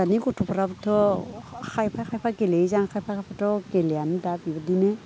दानि गथ'फ्राबोथ' खायफा खायफा गेलेयो खायफा खायफा गेलेयामोन दा बिदिनो